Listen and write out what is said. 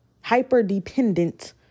hyper-dependent